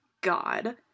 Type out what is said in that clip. God